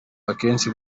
akenshi